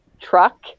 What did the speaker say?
truck